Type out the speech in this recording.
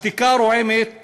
השתיקה הרועמת